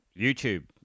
YouTube